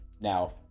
Now